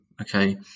okay